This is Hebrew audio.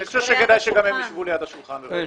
אני חושב שכדאי שגם הם ישבו ליד השולחן בבקשה.